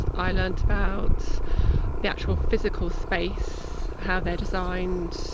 i learnt about the actual physical space how their designed.